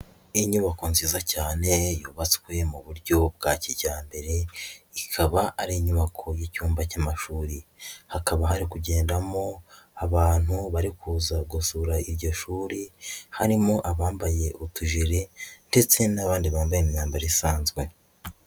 lnyubako nziza cyane yubatswe mu buryo bwa kijyambere, ikaba ari inyubako y'icyumba cy'amashuri. Hakaba hari kugendamo abantu bari kuza gusura iryo shuri ,harimo abambaye utujile, ndetse n'abandi bambaye imyambaro isanzwe.